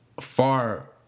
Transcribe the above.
far